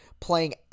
playing